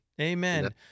Amen